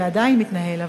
ועדיין מתנהל,